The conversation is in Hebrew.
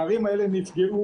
הערים האלה נפגעו,